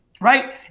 right